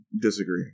disagree